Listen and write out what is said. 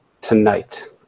tonight